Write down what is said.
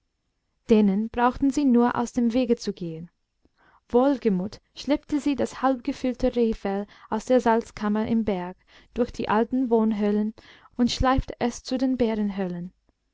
denen brauchte sie nur aus dem wege zu gehen wohlgemut schleppte sie das halbgefüllte rehfell aus der salzkammer im berg durch die alten wohnhöhlen und schleifte es zu den